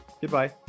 Goodbye